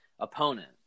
opponent